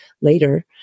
later